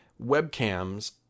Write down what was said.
webcams